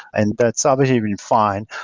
and that's obviously redefined,